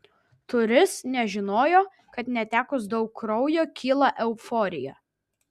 turis nežinojo kad netekus daug kraujo kyla euforija